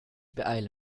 beeile